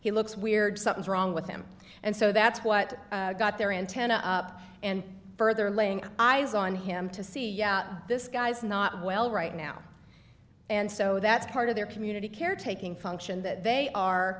he looks weird something's wrong with him and so that's what got there antenna up and further laying eyes on him to see yeah this guy's not well right now and so that's part of their community caretaking function that they